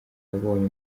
yabonye